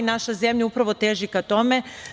Naša zemlja upravo teži ka tome.